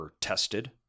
tested